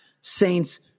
Saints